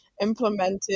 implemented